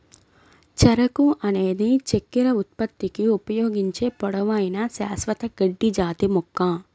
చెరకు అనేది చక్కెర ఉత్పత్తికి ఉపయోగించే పొడవైన, శాశ్వత గడ్డి జాతి మొక్క